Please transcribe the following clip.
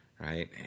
right